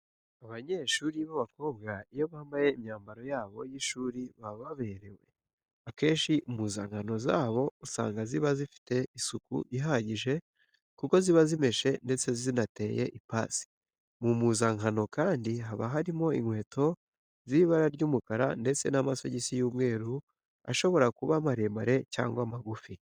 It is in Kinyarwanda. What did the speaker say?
Abanyeshuri b'abakobwa iyo bambaye imyambaro yabo y'ishuri baba baberewe. Akenshi impuzankano zabo usanga ziba zifite isuku ihagije kuko ziba zimeshe ndetse zinateye ipasi. Mu mpuzankano kandi habamo inkweto z'ibara ry'umukara ndetse n'amasogisi y'umweru ashobora kuba maremare cyangwa magufi.